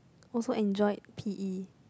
also enjoyed P_E